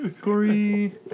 Corey